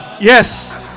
Yes